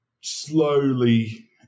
slowly